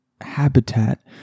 habitat